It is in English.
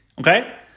Okay